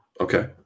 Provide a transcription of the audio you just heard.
Okay